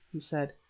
he said.